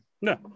No